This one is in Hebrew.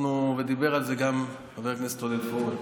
ודיבר על זה גם חבר הכנסת עודד פורר.